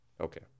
Okay